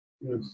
Yes